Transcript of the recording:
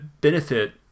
benefit